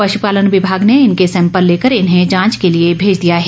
पशुपालन विभाग ने इनके सैंपल लेकर इन्हें जांच के लिए भेज दिया है